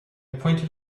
pointed